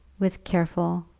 with careful,